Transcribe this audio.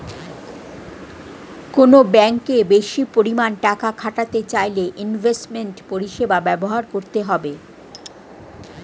কোনো ব্যাঙ্কে বেশি পরিমাণে টাকা খাটাতে চাইলে ইনভেস্টমেন্ট পরিষেবা ব্যবহার করতে হবে